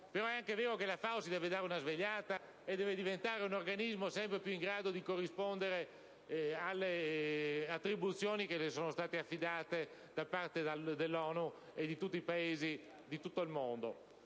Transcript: però è anche vero che, diciamo così, deve darsi una svegliata e diventare un organismo sempre più in grado di rispondere alle attribuzioni che le sono state affidate da parte dell'ONU e dei Paesi di tutto il mondo.